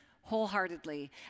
wholeheartedly